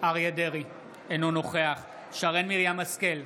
אינו נוכח שרן מרים השכל,